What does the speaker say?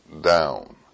down